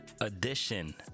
edition